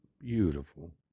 Beautiful